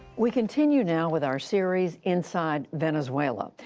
we continue now with our series inside venezuela.